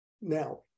now